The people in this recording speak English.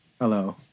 hello